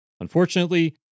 Unfortunately